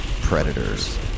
Predators